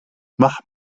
mach